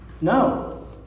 No